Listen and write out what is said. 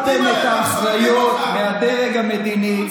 הסרתם את האחריות מהדרג המדיני,